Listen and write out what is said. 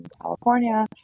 California